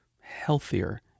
healthier